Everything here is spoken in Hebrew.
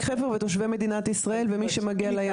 חפר ותושבי מדינת ישראל ומי שמגיע לים.